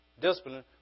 discipline